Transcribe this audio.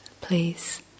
please